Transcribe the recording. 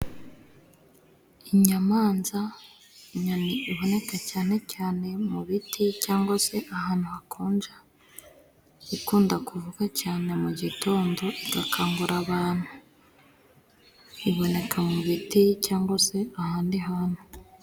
Inyamanza inyoni iboneka cyane cyane mu biti cyangwa se ahantu hakonja, ikunda kuvuga cyane mu gitondo igakangura abantu, iboneka mu biti cyangwa se ahandi hantu.